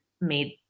made